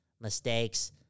mistakes